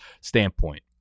standpoint